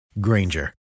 Granger